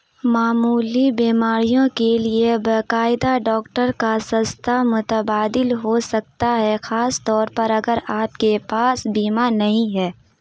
معمولی بیماریوں کے لیے باقاعدہ ڈاکٹر کا سستا متبادل ہو سکتا ہے خاص طور پر اگر آپ کے پاس بیمہ نہیں ہے